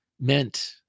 meant